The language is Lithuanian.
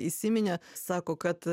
įsiminė sako kad